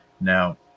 Now